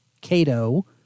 Cato